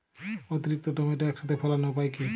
অতিরিক্ত টমেটো একসাথে ফলানোর উপায় কী?